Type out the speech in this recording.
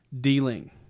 dealing